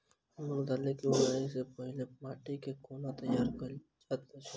मूंग दालि केँ उगबाई सँ पहिने माटि केँ कोना तैयार कैल जाइत अछि?